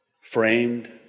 framed